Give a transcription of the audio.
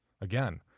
again